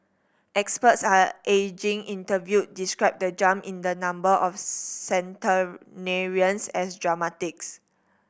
experts are ageing interviewed described the jump in the number of centenarians as dramatic